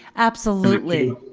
absolutely.